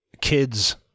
kids